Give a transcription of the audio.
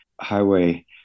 highway